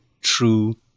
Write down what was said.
true